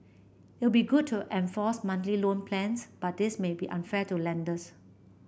it would be good to enforce monthly loan plans but this may be unfair to lenders